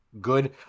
good